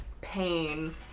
pain